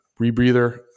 rebreather